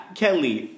kelly